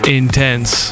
intense